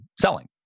selling